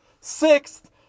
Sixth